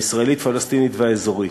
הישראלית-פלסטינית והאזורית.